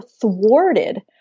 thwarted